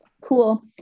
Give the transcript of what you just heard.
cool